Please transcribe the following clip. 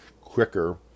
quicker